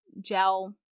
gel